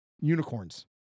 Unicorns